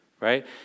right